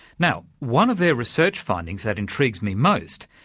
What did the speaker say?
now one of their research findings that intrigues me most,